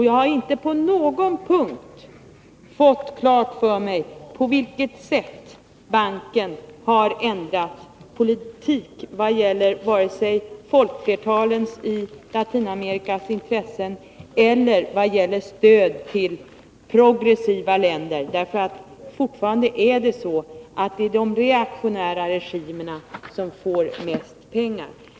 Jag har inte på någon punkt fått klart för mig på vilket sätt banken har ändrat politik vad gäller vare sig folkflertalens i Latinamerika intressen eller stöd till progressiva länder. Fortfarande är det de reaktionära regimerna som får mest pengar.